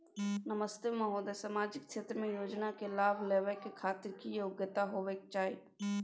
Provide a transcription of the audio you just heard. नमस्ते महोदय, सामाजिक क्षेत्र के योजना के लाभ लेबै के खातिर की योग्यता होबाक चाही?